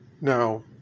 now